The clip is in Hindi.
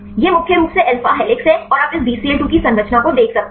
यह मुख्य रूप से अल्फा हेलिक्स है आप इस Bcl 2 की संरचना को देख सकते हैं